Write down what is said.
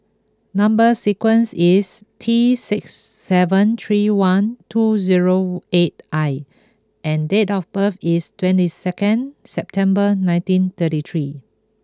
number sequence is T six seven three one two zero eight I and date of birth is twenty second September nineteen thirty three